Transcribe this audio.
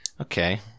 Okay